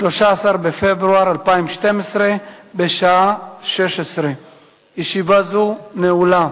13 בפברואר 2012, בשעה 16:00. ישיבה זו נעולה.